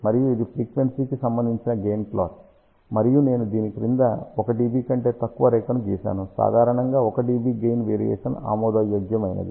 మరియు ఇది ఫ్రీక్వెన్సీకి సంబంధించిన గెయిన్ ప్లాట్ మరియు నేను దీని క్రింద 1 dB కంటే తక్కువ రేఖను గీసాను సాధారణంగా 1 dB గెయిన్ వేరియేషన్ ఆమోదయోగ్యమైనది